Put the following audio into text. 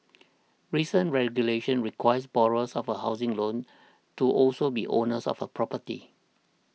recent regulation requires borrowers of a housing loan to also be owners of a property